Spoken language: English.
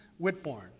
Whitbourne